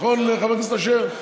נכון, חבר הכנסת אשר?